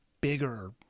bigger